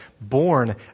born